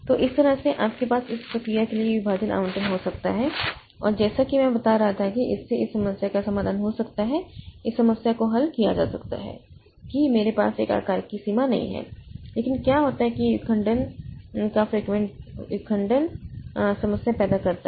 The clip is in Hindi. तो इस तरह से आपके पास इस प्रक्रिया के लिए यह विभाजन आबंटन हो सकता है और जैसा कि मैं बता रहा था कि इससे इस समस्या का समाधान हो सकता है इस समस्या को हल किया जा सकता है कि मेरे पास इस आकार की सीमा नहीं है लेकिन क्या होता है कि यह विखंडन का समस्या पैदा करता है